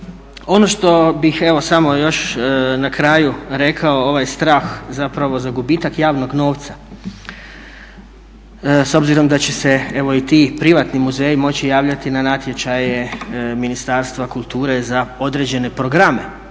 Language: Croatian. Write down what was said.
Ono što bih evo samo još na kraju rekao, ovaj strah zapravo za gubitak javnog novca. S obzirom da će se evo i ti privatni muzeji moći javljati na natječaje Ministarstva kulture za određene programe.